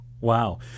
Wow